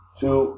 two